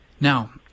Now